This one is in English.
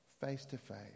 face-to-face